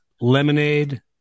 lemonade